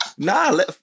Nah